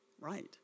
right